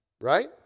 Right